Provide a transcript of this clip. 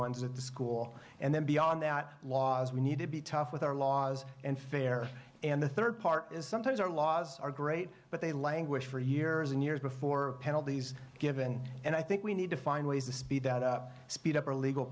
ones at the school and then beyond that laws we need to be tough with our laws and fair and the third part is sometimes our laws are great but they languish for years and years before penalties given and i think we need to find ways to speed that up speed up or legal